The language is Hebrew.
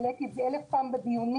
העליתי את זה אלף פעם בדיונים.